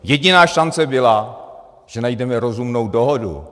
Jediná šance byla, že najdeme rozumnou dohodu.